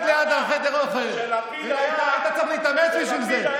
ליד חדר האוכל אלא היית צריך להתאמץ בשביל זה?